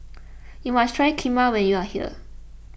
you must try Kheema when you are here